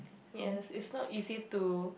yes it's not easy to